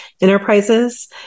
enterprises